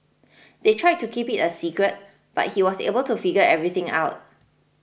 they tried to keep it a secret but he was able to figure everything out